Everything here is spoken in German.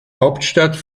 hauptstadt